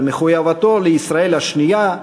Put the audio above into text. על מחויבותו לישראל השנייה,